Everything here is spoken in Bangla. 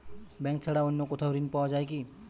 ব্যাঙ্ক ছাড়া অন্য কোথাও ঋণ পাওয়া যায় কি?